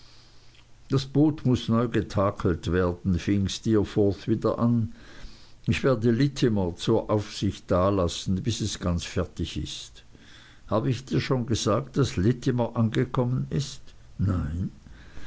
das boot muß neu getakelt werden fing steerforth wieder an ich werde littimer zur aufsicht dalassen bis es ganz fertig ist habe ich dir schon gesagt daß littimer angekommen ist nein